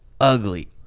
ugly